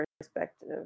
perspective